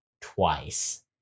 twice